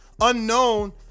unknown